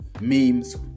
memes